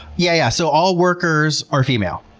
yeah. yeah. so all workers are female.